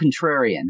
contrarian